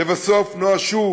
לבסוף נואשו